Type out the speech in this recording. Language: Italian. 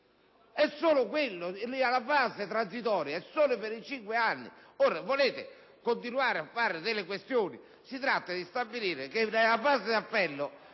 È solo questo: la fase transitoria è soltanto per i cinque anni; ora, se volete continuare a fare questioni, si tratta di stabilire che nella fase di appello